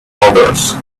elders